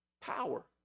Power